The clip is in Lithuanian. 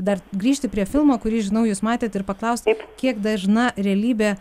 dar grįžti prie filmo kurį žinau jūs matėt ir paklaust kiek dažna realybė